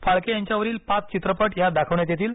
फाळके यांच्यावरील पाच चित्रपट यात दाखवण्यात येतील